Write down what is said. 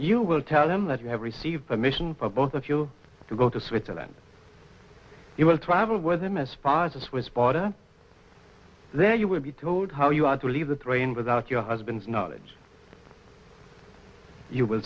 you will tell him that you have received permission for both of you to go to switzerland you will travel with him as far as the swiss border there you will be told how you are to leave the train without your husband's knowledge you will